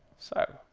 so,